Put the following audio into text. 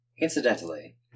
Incidentally